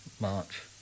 march